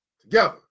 together